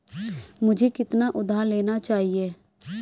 मुझे कितना उधार लेना चाहिए?